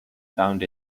found